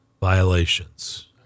violations